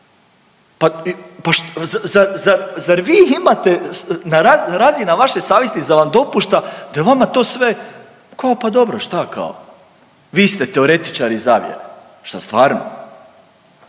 zar vi imate razina vaše savjesti zar vam dopušta da je vama to sve kao pa dobro šta kao. Vi te teoretičari zavjere? Šta stvarno?